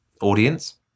audience